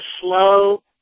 slow